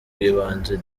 bw’ibanze